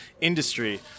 industry